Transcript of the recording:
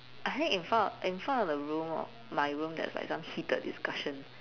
I think in front in front of the room or my room there is like some heated discussion